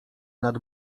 nad